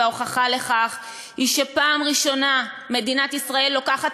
וההוכחה לכך היא שפעם ראשונה שמדינת ישראל לוקחת